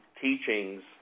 teachings